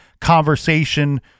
conversation